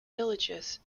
villages